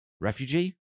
Refugee